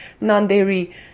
non-dairy